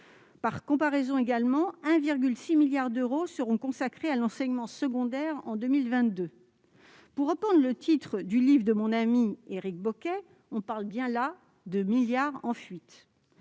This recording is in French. ; en parallèle, 1,6 milliard d'euros seront consacrés à l'enseignement scolaire en 2022. Pour reprendre le titre du livre de mon ami Éric Bocquet, on parle bien là de « milliards en fuite ».